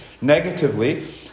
Negatively